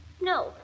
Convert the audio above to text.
No